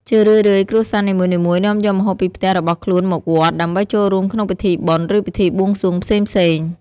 ជារឿយៗ គ្រួសារនីមួយៗនាំយកម្ហូបពីផ្ទះរបស់ខ្លួនមកវត្ត ដើម្បីចូលរួមក្នុងពិធីបុណ្យ ឬពិធីបួងសួងផ្សេងៗ។